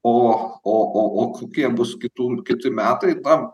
o o o o kokie bus kitų kiti metai dar